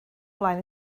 flaen